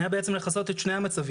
הייתה לכסות את שני המצבים,